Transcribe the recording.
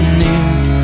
news